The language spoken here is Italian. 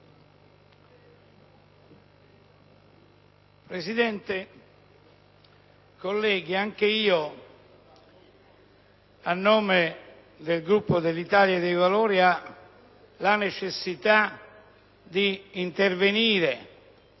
Presidente, colleghi, anch'io, a nome del Gruppo Italia dei Valori, ho la necessità di intervenire